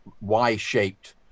Y-shaped